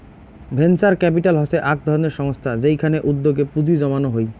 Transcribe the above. venture capital হসে আক ধরণের সংস্থা যেইখানে উদ্যোগে পুঁজি জমানো হই